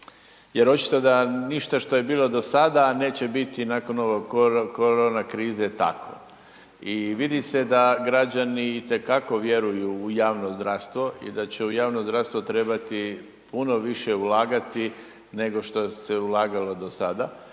jer očito da ništa što je bilo do sada neće biti nakon ovog korona krize tako. I vidi se da građani itekako vjeruju u javno zdravstvo i da će u javno zdravstvo trebati puno više ulagati nego što se ulagalo do sada.